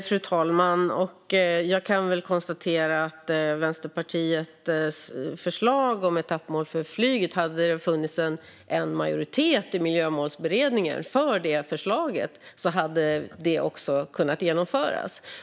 Fru talman! Hade det funnits en majoritet i Miljömålsberedningen för Vänsterpartiets förslag om etappmål för flyget hade det också kunnat genomföras.